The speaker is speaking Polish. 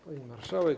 Pani Marszałek!